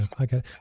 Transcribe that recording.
okay